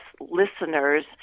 listeners